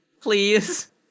Please